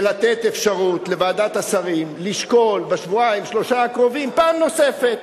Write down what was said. ולתת אפשרות לוועדת השרים לשקול בשבועיים-שלושה הקרובים פעם נוספת,